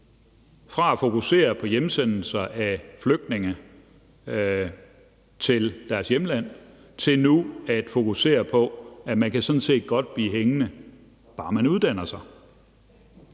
fra at fokusere på hjemsendelse af flygtninge til deres hjemlande til nu at sige, at man sådan set godt kan blive hængende, bare man uddanner sig.